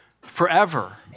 forever